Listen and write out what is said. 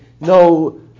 no